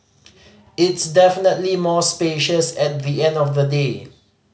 it's definitely more spacious at the end of the day